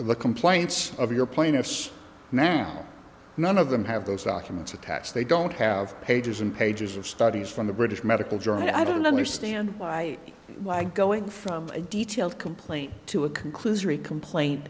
the complaints of your plaintiffs now none of them have those documents attached they don't have pages and pages of studies from the british medical journal i don't understand why why going from a detailed complaint to a conclusory complaint